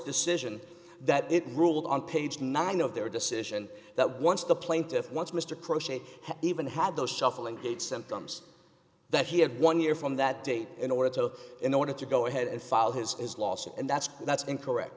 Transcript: decision that it ruled on page nine of their decision that once the plaintiff once mr crocheted had even had those shuffling gait symptoms that he had one year from that day in order to in order to go ahead and file his his lawsuit and that's that's incorrect